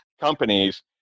companies